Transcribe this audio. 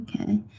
okay